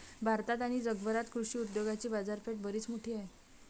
भारतात आणि जगभरात कृषी उद्योगाची बाजारपेठ बरीच मोठी आहे